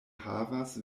havas